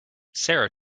sarah